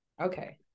Okay